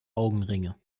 augenringe